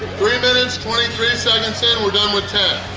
three minutes twenty three seconds in we're done with ten!